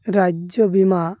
ରାଜ୍ୟ ବୀମା